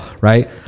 Right